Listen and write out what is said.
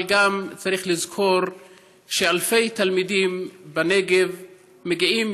אבל גם צריך לזכור שאלפי תלמידים בנגב מגיעים